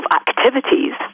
activities